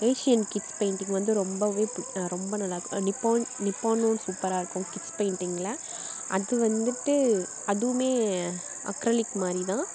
Asian kids painting வந்து ரொம்பவே புட் ரொம்ப நல்லா இருக்கும் நிப்பான் நிப்பானும் சூப்பராக இருக்கும் கிட்ஸ் பெயிண்டிங்கில் அது வந்துவிட்டு அதுவுமே அக்ரலிக் மாதிரி தான்